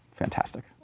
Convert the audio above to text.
Fantastic